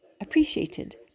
appreciated